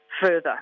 further